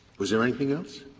was there anything else?